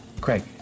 Craig